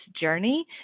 journey